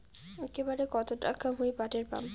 একবারে কত টাকা মুই পাঠের পাম?